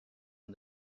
and